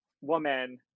woman